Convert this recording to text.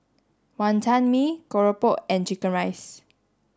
Wantan Mee Keropok and chicken rice